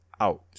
out